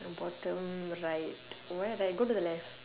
bottom right why right go to the left